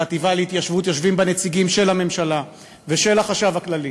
בחטיבה להתיישבות יושבים נציגים של הממשלה ושל החשב הכללי